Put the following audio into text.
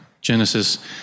Genesis